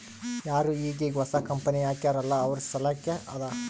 ಯಾರು ಈಗ್ ಈಗ್ ಹೊಸಾ ಕಂಪನಿ ಹಾಕ್ಯಾರ್ ಅಲ್ಲಾ ಅವ್ರ ಸಲ್ಲಾಕೆ ಅದಾ